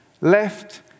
left